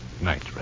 Night